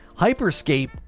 HyperScape